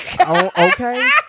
okay